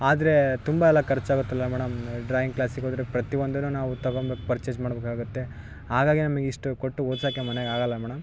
ಆದರೆ ತುಂಬ ಎಲ್ಲ ಖರ್ಚಾಗತ್ತಲ ಮೇಡಮ್ ಡ್ರಾಯಿಂಗ್ ಕ್ಲಾಸಿಗೆ ಹೋದರೆ ಪ್ರತಿಯೊಂದನ್ನು ನಾವು ತಗೋಂಬೇಕ್ ಪರ್ಚೆಸ್ ಮಾಡಬೇಕಾಗತ್ತೆ ಹಾಗಾಗಿ ನಮಗಿಷ್ಟು ಕೊಟ್ಟು ಓದ್ಸೋಕೆ ಮನೆಗಾಗೋಲ್ಲ ಮೇಡಮ್